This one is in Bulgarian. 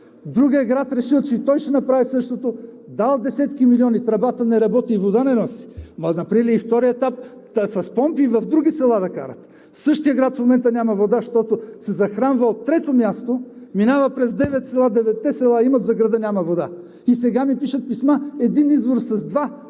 Другият град решил, че и той ще направи същото, дал десетки милиони – тръбата не работи и вода не носи, но направили и втория етап, та с помпи и в други села да карат. Същият град в момента няма вода, защото се захранва от трето място, минава през девет села, деветте села имат, за града няма вода. И сега ми пишат писма – един извор с два